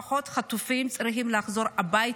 החטופים צריכים לחזור הביתה,